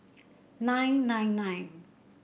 nine nine nine